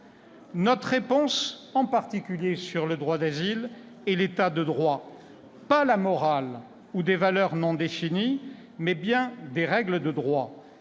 Notre réponse, en particulier sur le droit d'asile, est l'État de droit- non pas la morale ni des valeurs non définies, mais bien des règles de droit